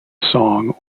songs